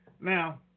Now